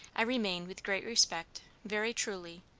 i remain, with great respect, very truly,